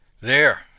There